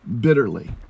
bitterly